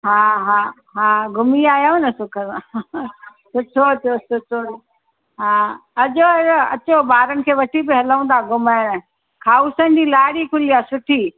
हा हा हा घुमी आयव न सुख सां सुठो थियो सुठो हा अजो अचो ॿारनि खे वठी बि हलूं था घुमाइण खावसनि जी लारी खुली आहे सुठी